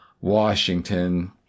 Washington